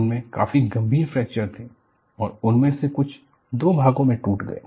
उनमें काफी गंभीर फ्रैक्चर थे और उनमें से कुछ दो भाग में टूट गए